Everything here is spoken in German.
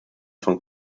von